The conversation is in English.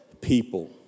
people